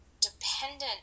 dependent